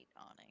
awning